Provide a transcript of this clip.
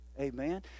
Amen